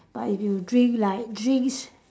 but if you drink like drinks